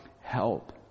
help